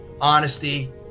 honesty